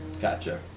gotcha